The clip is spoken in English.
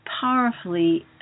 powerfully